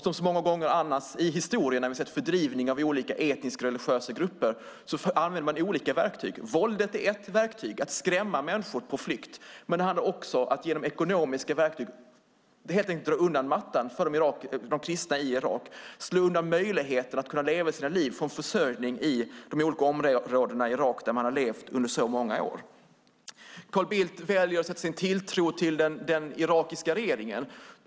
Som så många gånger annars i historien när vi sett fördrivning av olika etnisk-religiösa grupper använder man olika verktyg. Våldet är ett verktyg, att skrämma människor på flykt. Men det handlar om att genom ekonomiska verktyg helt enkelt dra undan mattan för de kristna i Irak, slå undan möjligheten att leva sina liv och få en försörjning i de olika områdena i Irak där de har levt under många år. Carl Bildt väljer att sätta sin tilltro till den irakiska regeringen.